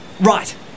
Right